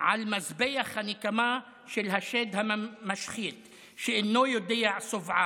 על מזבח הנקמה של השד המשחית שאינו יודע שובעה.